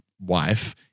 wife